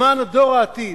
למען דור העתיד.